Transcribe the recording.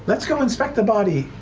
let's go inspect the body,